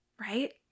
right